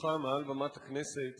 התייחסותך מעל במת הכנסת